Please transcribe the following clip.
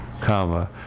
Comma